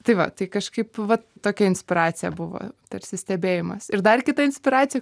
tai va tai kažkaip va tokia inspiracija buvo tarsi stebėjimas ir dar kita inspiracija